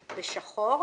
בשחור.